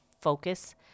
focus